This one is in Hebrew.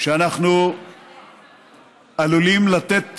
שבה אנחנו עלולים לתת